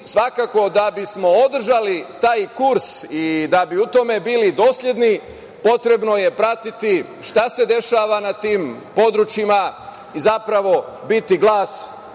Svakako da bismo održali taj kurs i da bi u tome bili dosledni, potrebno je pratiti šta se dešava na tim područjima, zapravo biti glas